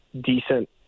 decent